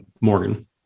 Morgan